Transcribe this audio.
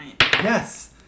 Yes